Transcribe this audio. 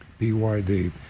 BYD